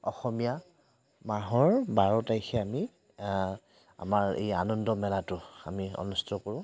অসমীয়া মাহৰ বাৰ তাৰিখে আমি আমাৰ এই আনন্দ মেলাটো আমি অনুস্থিত কৰোঁ